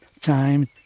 time